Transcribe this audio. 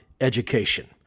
education